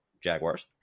Jaguars